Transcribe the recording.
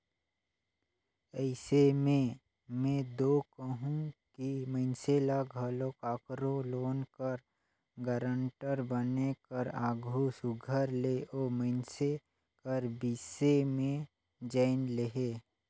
अइसे में में दो कहूं कि मइनसे ल घलो काकरो लोन कर गारंटर बने कर आघु सुग्घर ले ओ मइनसे कर बिसे में जाएन लेहे